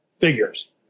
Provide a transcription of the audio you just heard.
figures